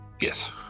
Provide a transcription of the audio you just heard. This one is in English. Yes